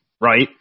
Right